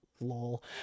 Lol